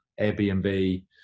Airbnb